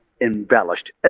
embellished